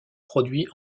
produits